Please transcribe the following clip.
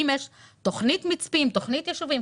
האם יש תכנית מצפים, תכנית יישובים?